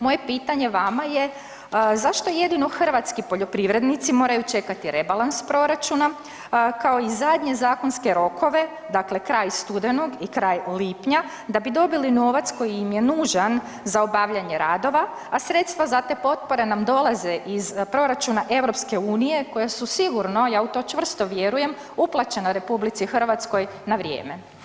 Moje pitanje vama je zašto jedino hrvatski poljoprivrednici moraju čekati rebalans proračuna, kao i zadnje zakonske rokove dakle kraj studenog i kraj lipnja da bi dobili novac koji im je nužan za obavljanje radova, a sredstva za te potpore nam dolaze iz proračuna EU koja su sigurno, ja u to čvrsto vjerujem uplaćena RH na vrijeme?